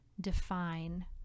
define